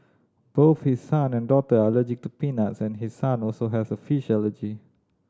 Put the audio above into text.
both his son and daughter are allergic to peanuts and his son also has a fish allergy